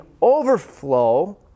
overflow